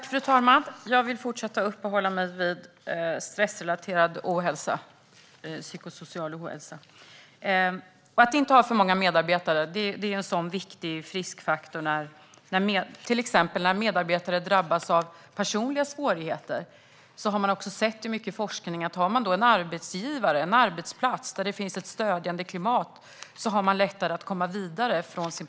Fru talman! Jag vill fortsätta att uppehålla mig vid stressrelaterad och psykosocial ohälsa. Att inte ha för många medarbetare är en viktig friskfaktor. Till exempel har forskning visat att när medarbetare drabbas av personliga svårigheter är det lättare att komma vidare från den personliga sorgen om det finns ett stödjande klimat på arbetsplatsen.